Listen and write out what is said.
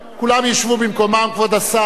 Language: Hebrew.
כולם ישבו במקומם, כבוד השר,